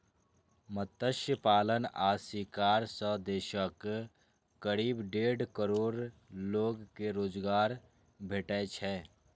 मत्स्य पालन आ शिकार सं देशक करीब डेढ़ करोड़ लोग कें रोजगार भेटै छै